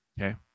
Okay